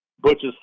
Butch's